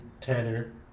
Tanner